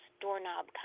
doorknob